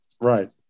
Right